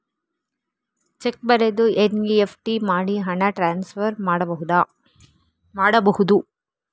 Check ಬರೆದು NEFT ಮಾಡಿ ಹಣ ಟ್ರಾನ್ಸ್ಫರ್ ಮಾಡಬಹುದು?